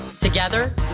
Together